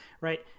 Right